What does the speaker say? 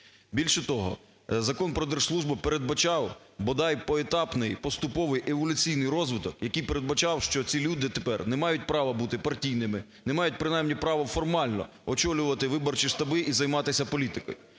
Більше того, Закон про держслужбу передбачав бодай поетапний, поступовий, еволюційний розвиток, який передбачав, що ці люди тепер не мають права бути партійними, не мають права формально очолювати виборчі штаби і займатися політикою.